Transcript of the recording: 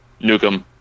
nukem